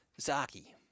Zaki